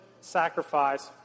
sacrifice